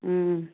ꯎꯝ